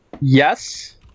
Yes